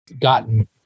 gotten